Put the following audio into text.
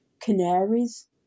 Canaries